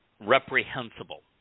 reprehensible